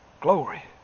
Glory